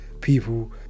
people